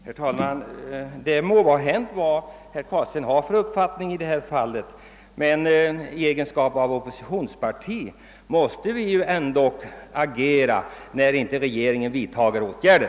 Herr talman! Det betyder mindre vad herr Carlstein har för uppfattning i detta fall, men i egenskap av oppositionsparti måste vi ju agera, när inte regeringen vidtar åtgärder.